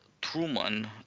Truman